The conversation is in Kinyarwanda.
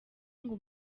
ngo